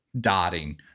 dotting